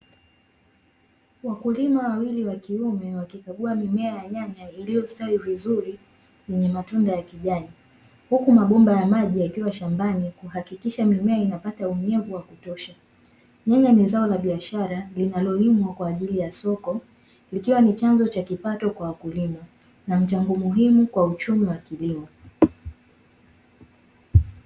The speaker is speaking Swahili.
Wakulima wawili wa kiume wakikagua mimea ya nyanya iliyostawi vizuri yenye matunda ya kijani, huku mabomba ya maji yakiwa shambani kuhakikisha mimea inapata unyevu wa kutosha. Nyanya ni zao la biashara linalolimwa kwa ajili ya soko, likiwa ni chanzo cha kipato kwa wakulima na mchango muhimu kwa uchumi wa kilimo.